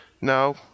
No